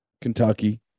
Kentucky